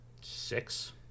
six